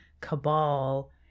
cabal